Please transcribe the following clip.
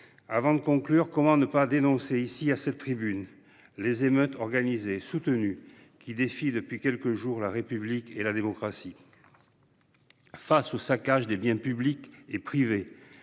pour conclure, comment ne pas dénoncer ici, à cette tribune, les émeutes organisées et soutenues qui défient depuis quelques jours la République et la démocratie ?